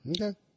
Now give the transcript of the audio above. Okay